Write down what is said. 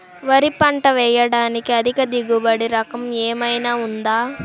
వరి పంట వేయటానికి అధిక దిగుబడి రకం ఏమయినా ఉందా?